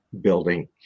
building